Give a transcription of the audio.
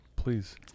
please